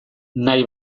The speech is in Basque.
nahi